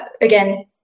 again